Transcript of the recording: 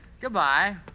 Goodbye